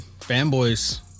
fanboys